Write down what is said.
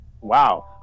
Wow